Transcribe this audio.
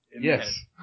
Yes